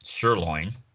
sirloin